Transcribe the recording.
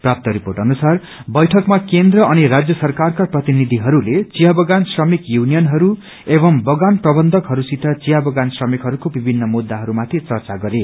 प्राप्त रिपोर्ट अनुसार बैठकमा केन्द्र अनि राज्य सरकारका प्रतिनिधिहरूले विया क्गान श्रमिक यूनियनहरू एवं बगान प्रवन्धकहरूसित विया बगान श्रमिकहरूको विभित्र मुद्दाहरूमाथि चर्चा गरे